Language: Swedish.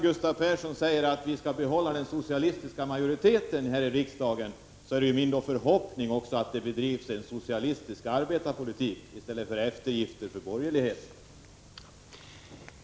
Gustav Persson sade att vi skall behålla den socialistiska majoriteten här i riksdagen, och det är min förhoppning att det då också bedrivs en socialistisk arbetarpolitik i stället för eftergifter åt borgerligheten.